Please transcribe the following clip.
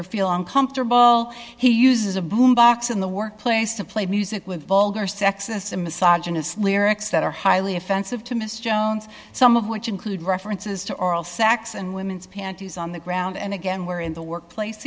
her feel uncomfortable he uses a boom box in the workplace to play music with vulgar sexist a massage and it's lyrics that are highly offensive to mr jones some of which include references to oral sex and women's panties on the ground and again where in the workplace